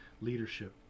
Leadership